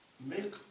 make